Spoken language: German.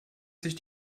sich